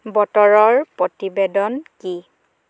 বতৰৰ প্ৰতিবেদন কি